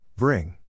Bring